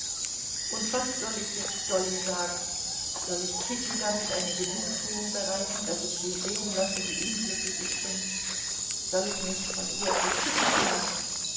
und was soll ich jetzt zu dolly sagen soll ich kitty damit eine genugtuung bereiten daß ich sie sehen lasse wie unglücklich ich bin soll ich mich von ihr beschützen lassen